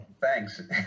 thanks